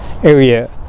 area